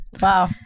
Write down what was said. wow